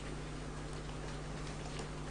בבקשה.